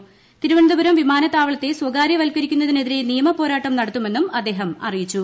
്ട്ര്യിർുവനന്തപുരം വിമാനത്താവളത്തെ സ്വകാര്യവത്കരിക്കുന്നതീ്നെതിരെ നിയമ പോരാട്ടം നടത്തുമെന്നും അദ്ദേഹം അറിയിച്ചു